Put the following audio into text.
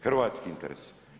Hrvatski interes.